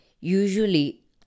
usually